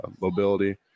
mobility